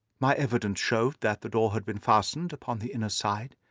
my evidence showed that the door had been fastened upon the inner side,